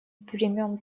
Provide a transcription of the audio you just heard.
примем